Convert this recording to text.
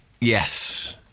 Yes